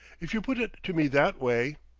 if you put it to me that way.